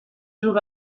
jours